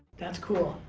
that's cool.